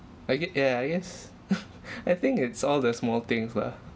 I gue~ ya I guess I think it's all the small things lah